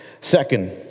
second